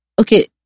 okay